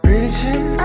Reaching